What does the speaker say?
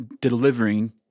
delivering